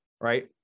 Right